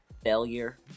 Failure